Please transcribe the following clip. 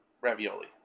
ravioli